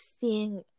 seeing